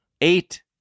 Eight